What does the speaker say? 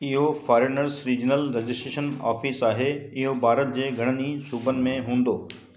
इहो foreigners regional registration office आहे इहो भारत जे घणनि ई सूबनि में हूंदो